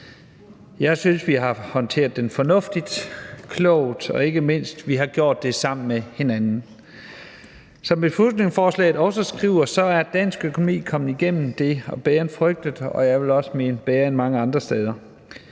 Jeg synes, vi har håndteret det fornuftigt og klogt, og ikke mindst har vi gjort det sammen med hinanden. Som det er skrevet i beslutningsforslaget, er dansk økonomi kommet igennem det – og bedre end frygtet og, vil jeg også mene, bedre end mange andre steder.